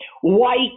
white